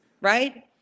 right